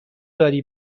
داری